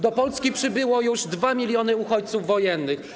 Do Polski przybyło już 2 mln uchodźców wojennych.